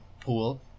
pool